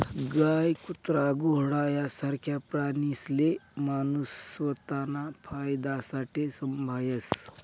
गाय, कुत्रा, घोडा यासारखा प्राणीसले माणूस स्वताना फायदासाठे संभायस